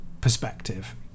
perspective